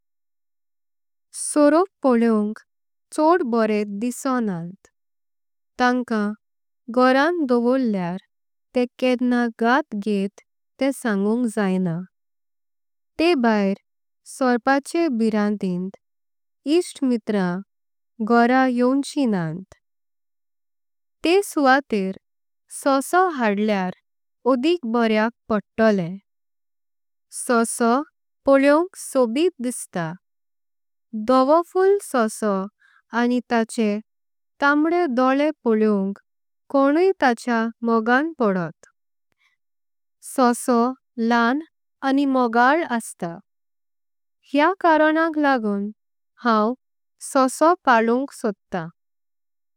सरोप पळेउंक छोड बरे दिसोनांत तांकां घोरांत दर्वरलेार। ते केद्ना घाट गेल ते सांगुंक जाईना ते भायर सर्पाचे। भीरांतीन इक्ट मित्रं घोरां येवचिं नांत ते सुवातेर ससो। हडलें ओदीक बोरयाक पडतलेम ससो पळेउंक सॉबित। दिसता धव्हफुळ ससो आनी ताचे तांबडे धोल्ले पळेउंक। कोणुंई ताचेआ मोगां पडोत ससो ल्हाण आनी मोगाल। आस्ता हेआ कारणांक लागुं हांव ससो पळ्लुंक सोडतां।